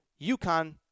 UConn